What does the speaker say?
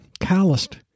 calloused